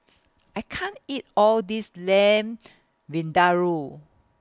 I can't eat All This Lamb Vindaloo